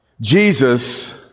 Jesus